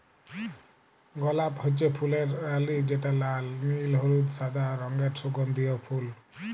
গলাপ হচ্যে ফুলের রালি যেটা লাল, নীল, হলুদ, সাদা রঙের সুগন্ধিও ফুল